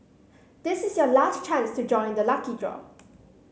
this is your last chance to join the lucky draw